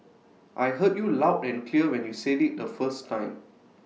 I heard you loud and clear when you said IT the first time